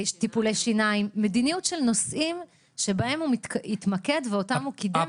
טיפולי שיניים מדיניות של נושאים שבהם הוא התמקד ואותם הוא קידם,